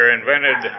invented